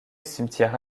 cimetière